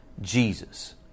jesus